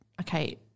okay